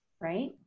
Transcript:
Right